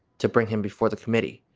to bring him before the committee.